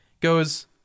goes